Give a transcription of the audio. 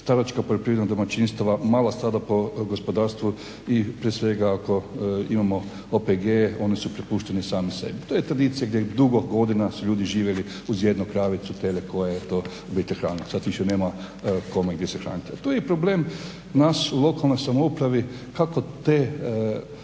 staračka poljoprivredna domaćinstava, mala stada po gospodarstvu i prije svega, ako imamo OPG-e, oni su prepušteni sami sebi. To je tradicija gdje dugo godina su ljudi živjeli uz jednu kravicu, tele koje je ta obitelj hranila, sad više nema kome, gdje sa hraniti. To je problem nas u lokalnoj samoupravi, kako te,